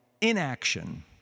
inaction